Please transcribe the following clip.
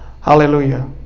Hallelujah